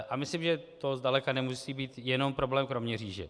A myslím, že to zdaleka nemusí být jenom problém Kroměříže.